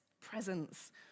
Presence